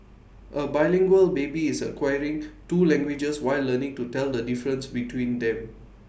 A bilingual baby is acquiring two languages while learning to tell the difference between them